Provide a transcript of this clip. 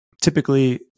typically